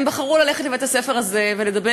הם בחרו ללכת לבית-הספר הזה ולדבר